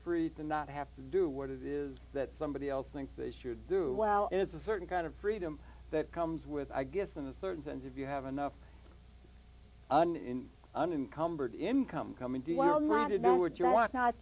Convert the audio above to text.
free to not have to do what it is that somebody else thinks they should do well it's a certain kind of freedom that comes with i guess in a certain sense of you have enough in an incumbent income coming